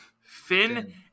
finn